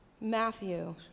Matthew